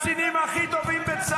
--- חבר הכנסת שקלים, שב, בבקשה.